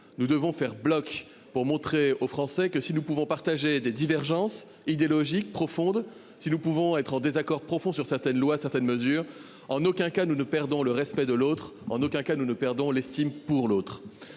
nous devons faire bloc pour montrer aux Français que si nous pouvons partager des divergences idéologiques profondes, si nous pouvons être en désaccord profond sur certaines lois certaines mesures en aucun cas nous ne perdons le respect de l'autre, en aucun cas nous ne perdons l'estime pour l'autre.